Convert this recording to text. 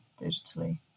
digitally